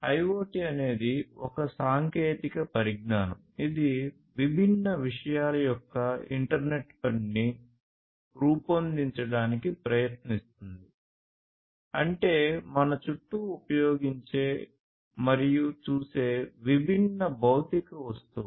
IoT అనేది ఒక సాంకేతిక పరిజ్ఞానం ఇది విభిన్న విషయాల యొక్క ఇంటర్నెట్ పనిని రూపొందించడానికి ప్రయత్నిస్తుంది అంటే మన చుట్టూ ఉపయోగించే మరియు చూసే విభిన్న భౌతిక వస్తువులు